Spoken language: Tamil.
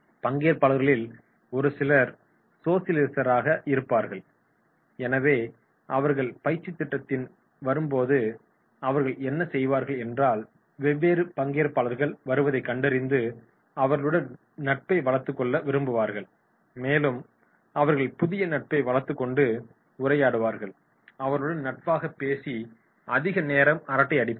பங்கேற்பாளர்களில் ஒரு சிலர் சோசலிசராக இருப்பார்கள் எனவே அவர்கள் பயிற்சித் திட்டத்திற்கு வரும் போது அவர்கள் என்ன செய்வார்கள் என்றால் வெவ்வேறு பங்கேற்பாளர்கள் வருவதைக் கண்டறிந்து அவர்களுடன் நட்பை வளர்த்துக் கொள்ள விரும்புவார்கள் மேலும் அவர்கள் புதிய நட்பை வளர்த்துக் கொண்டு உரையாடுவார்கள் அவர்களுடன் நட்பாக பேசி அதிக நேரம் அரட்டையடிப்பார்கள்